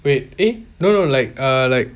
wait eh no no like err like